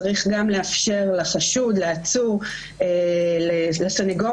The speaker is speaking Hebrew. צריך גם לאפשר לחשוד-לעצור או לסניגור